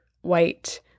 white